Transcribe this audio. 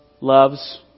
loves